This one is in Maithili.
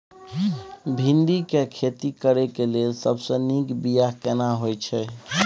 भिंडी के खेती करेक लैल सबसे नीक बिया केना होय छै?